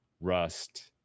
rust